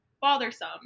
bothersome